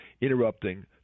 interrupting